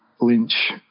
Lynch